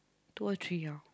two or three ah